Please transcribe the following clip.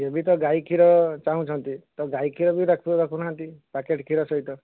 କିଏ ବି ତ ଗାଈ କ୍ଷୀର ଚାହୁଁଛନ୍ତି ତ ଗାଈ କ୍ଷୀର ବି ପାଖରେ ରଖୁନାହାଁନ୍ତି ପ୍ୟାକେଟ୍ କ୍ଷୀର ସହିତ